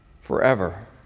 forever